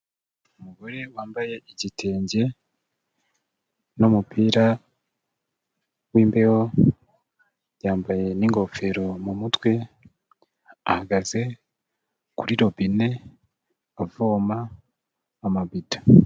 Umugore wambaye igitenge n'umupira w'imbeho, yambaye n'ingofero mu mutwe ahagaze kuri robine avoma amabido.